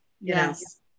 yes